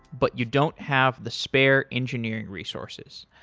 but you don't have the spare engineering resources.